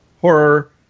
horror